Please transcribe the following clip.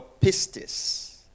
pistis